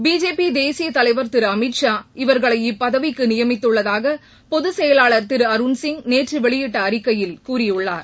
BJP தேசிய தலைவர் திரு அமித் ஷா இவர்களை இப்பதவிக்கு நியமித்துள்ளதாக பொதுச்செயலாளர் திரு அருண்சிங் நேற்று வெளியிட்ட அறிக்கையில் கூறியுள்ளார்